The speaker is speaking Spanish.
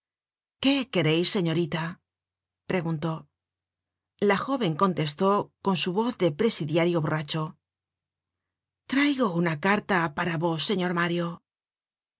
qué quereis señorita preguntó la jóven contestó con su voz de presidiario borracho traigo una carta para vos señor mario